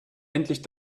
endlich